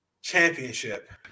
championship